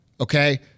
Okay